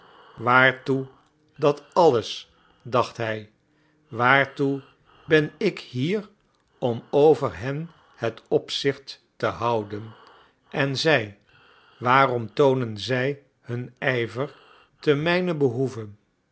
waartoe dat alles dacht hij waartoe ben ik hier om over hen het opzicht te houden en zij waarom toonen zij hun ijver ten mijnen behoeve